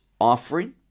offering